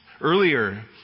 Earlier